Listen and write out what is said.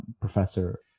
professor